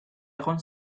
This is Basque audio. egon